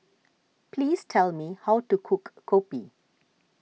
please tell me how to cook Kopi